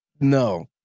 No